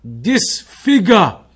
disfigure